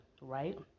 right